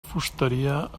fusteria